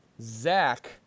Zach